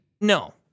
No